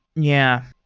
yeah.